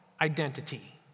identity